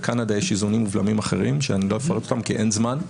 בקנדה יש איזונים ובלמים אחרים שאני לא אפרט אותם כי אין זמן.